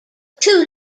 two